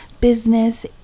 business